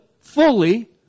fully